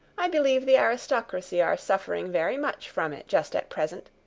i believe the aristocracy are suffering very much from it just at present.